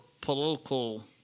political